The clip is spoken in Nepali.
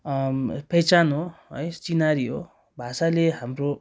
पहिचान हो है चिनारी हो भाषाले हाम्रो